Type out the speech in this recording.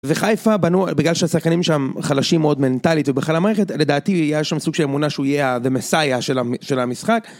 וחיפה בגלל שהשחקנים שם חלשים מאוד מנטלית ובכלל המערכת לדעתי יש שם סוג של אמונה שהוא יהיה המסייה של המשחק